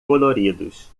coloridos